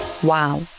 Wow